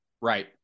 Right